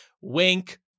Wink